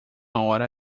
hora